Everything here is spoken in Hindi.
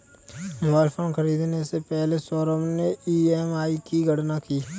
मोबाइल फोन खरीदने से पहले सौरभ ने ई.एम.आई की गणना की